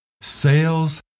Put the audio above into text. Sales